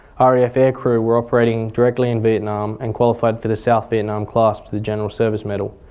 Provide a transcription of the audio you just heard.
ah raf air crew were operating directly in vietnam and qualified for the south vietnam clasp for the general service medal.